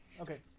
okay